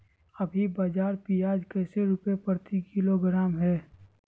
अभी बाजार प्याज कैसे रुपए प्रति किलोग्राम है?